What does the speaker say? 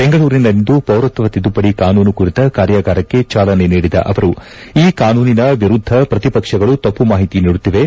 ಬೆಂಗಳೂರಿನಲ್ಲಿಂದು ಪೌರತ್ವ ತಿದ್ಲುಪಡಿ ಕಾನೂನು ಕುರಿತ ಕಾರ್ಯಾಗಾರಕ್ಕೆ ಚಾಲನೆ ನೀಡಿದ ಅವರು ಈ ಕಾನೂನಿನ ವಿರುದ್ದ ಪ್ರತಿಪಕ್ಷಗಳು ತಪ್ಪು ಮಾಹಿತಿ ನೀಡುತ್ತಿವೆ